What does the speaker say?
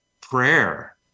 prayer